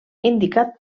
indicat